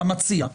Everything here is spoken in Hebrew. המציע,